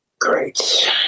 great